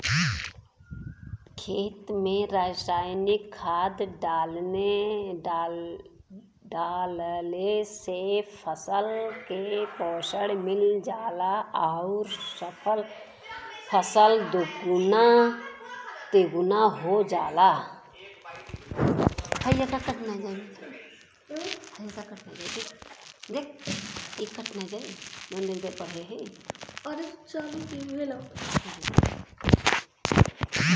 खेत में रासायनिक खाद डालले से फसल के पोषण मिल जाला आउर फसल दुगुना तिगुना हो जाला